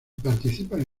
participan